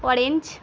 arrange